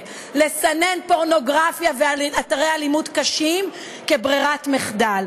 לסנן פורנוגרפיה ואתרי אלימות קשים כברירת מחדל.